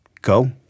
go